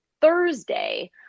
Thursday